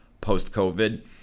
post-COVID